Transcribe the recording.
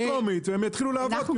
אני